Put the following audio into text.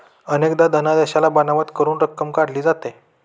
अनेकदा धनादेशाला बनावट करून रक्कम काढली जाते